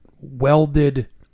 welded